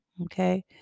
Okay